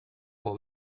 può